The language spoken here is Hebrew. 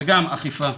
וגם אכיפה.